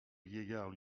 vieillard